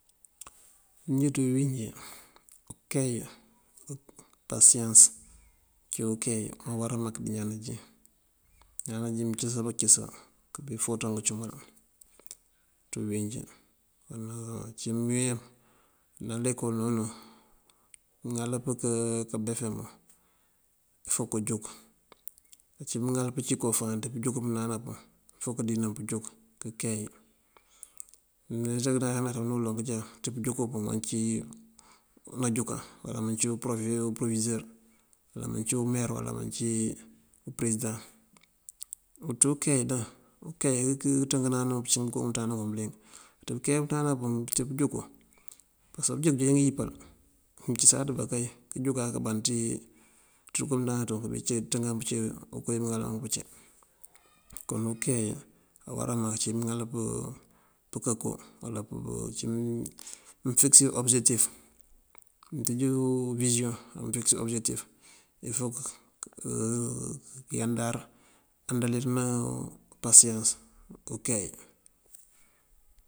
Njí ţí bíwínjí pënkey, pasiyans cíwun pënkey awara mak ţí ñaan najín. Ñaan najín mëncësa ba këncësa kifoţa ngëcumal ţí bíwínjí. Uncí mëwin na lekol nunun mëŋal pënká kabefemu fok kënjúk. Uncí mëŋal pëncí koo fáan ţí pënjúk pëmënţandana pun fok këniran pënjúk kenkey. Mëdi kënata kënata unú uloŋ kënjá ţí pënjúk pun mancí nanjúkan uwala mancí uprovisër uwala mancí umer uwala mancí përesidaŋ. (Uuu) ţí unkey daŋ, unkey wí kënţënkanana wun pëncí ngënko ngëmënţandana ngun bëliyëng. Ţí pënkey pënţandana pun ací pënjúŋ pasëk pënjúŋ anjeej ngëyipal mëncësaţ bá kay kënjúkáa këmband ţí ţënko ţëmënţandana ţun kibí ţënkan pëncí koowí mëŋal wank pëncí. Kon unkey awará mak uncí mëŋal pënká koo uwala uncí mëfikësër obësekëtif. Mënţíj uwisoŋ amëfikësër obësekëtif fok këyandar andalir na pasiyans unkey.